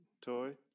toy